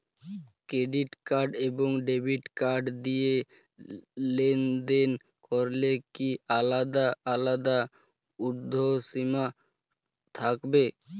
Credit card এবং debit card দিয়ে লেনদেন করলে কি আলাদা আলাদা ঊর্ধ্বসীমা থাকবে?